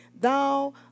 Thou